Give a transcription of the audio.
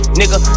nigga